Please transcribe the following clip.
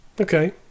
Okay